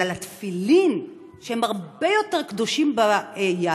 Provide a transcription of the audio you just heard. אבל על התפילין, שהן הרבה יותר קדושות ביהדות,